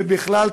ובכלל,